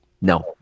No